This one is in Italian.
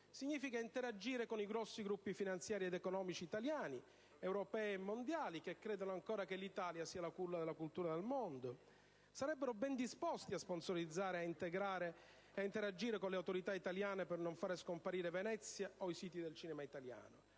significa interagire con i grossi gruppi finanziari ed economici italiani, europei e mondiali, che credono ancora che l'Italia sia la culla della cultura nel mondo e che sarebbero ben disposti a dar luogo a sponsorizzazioni e a interagire con le autorità italiane per non fare scomparire Venezia o i siti del cinema italiano.